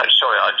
sorry